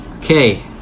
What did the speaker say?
okay